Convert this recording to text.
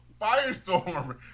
Firestorm